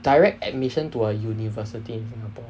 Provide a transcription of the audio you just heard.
direct admission to a university in singapore